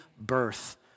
birth